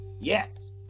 Yes